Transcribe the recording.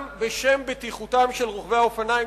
גם בשם בטיחותם של רוכבי האופניים,